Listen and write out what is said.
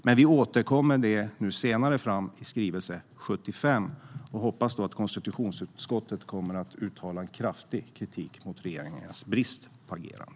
Men vi återkom med det senare i skrivelse 75 och hoppas att konstitutionsutskottet kommer att uttala en kraftig kritik mot regeringens brist på agerande.